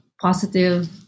positive